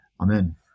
Amen